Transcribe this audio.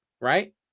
right